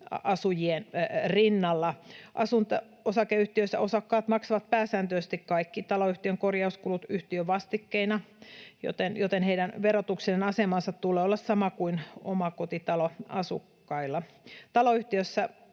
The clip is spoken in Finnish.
rinnalla. Asunto-osakeyhtiössä osakkaat maksavat pääsääntöisesti kaikki taloyhtiön korjauskulut yhtiövastikkeina, joten heidän verotuksellisen asemansa tulee olla sama kuin omakotitaloasukkailla. Taloyhtiö